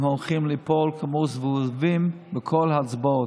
הם הולכים ליפול כמו זבובים בכל ההצבעות.